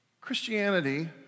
Christianity